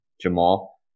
Jamal